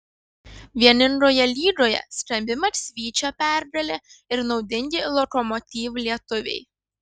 vieningoje lygoje skambi maksvyčio pergalė ir naudingi lokomotiv lietuviai